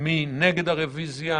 מי נגד הרביזיה?